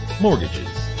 mortgages